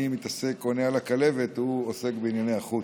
אני עונה על הכלבת, הוא עוסק בענייני החוץ.